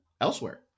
elsewhere